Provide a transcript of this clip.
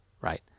right